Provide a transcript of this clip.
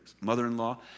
mother-in-law